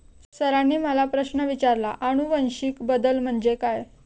सरांनी मला प्रश्न विचारला आनुवंशिक बदल म्हणजे काय?